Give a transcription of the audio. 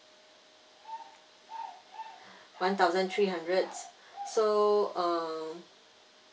one thousand three hundreds so uh